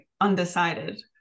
undecided